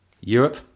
Europe